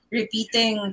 repeating